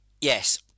Yes